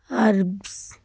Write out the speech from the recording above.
herbs